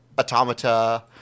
Automata